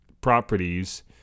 properties